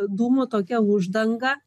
dūmų tokia uždanga